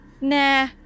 Nah